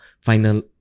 final